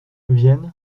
vienne